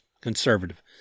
conservative